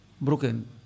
broken